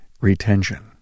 retention